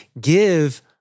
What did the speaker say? Give